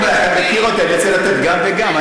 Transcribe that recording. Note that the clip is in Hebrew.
אתה מכיר אותי, אני רוצה לתת גם וגם.